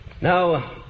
Now